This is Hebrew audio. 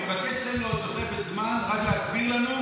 אני מבקש שתיתן לו תוספת זמן רק להסביר לנו,